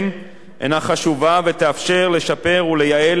ותאפשר לשפר ולייעל את מערך התחבורה